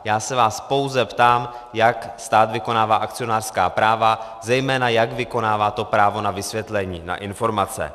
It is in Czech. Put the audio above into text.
Já se vás pouze ptám, jak stát vykonává akcionářská práva, zejména jak vykonává právo na vysvětlení, na informace.